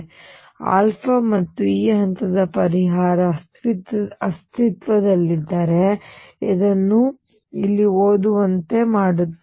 ಆದ್ದರಿಂದ ಈ ಮತ್ತು ಈ ಹಂತದ ಪರಿಹಾರ ಅಸ್ತಿತ್ವದಲ್ಲಿದ್ದರೆ ಇದನ್ನು ಇಲ್ಲಿ ಓದುವಂತೆ ಮಾಡುತ್ತೇನೆ